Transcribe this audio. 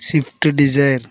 shift Dzire